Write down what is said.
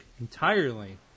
entirely